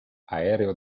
aereo